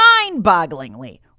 mind-bogglingly